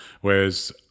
whereas